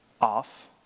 off